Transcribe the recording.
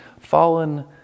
fallen